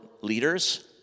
leaders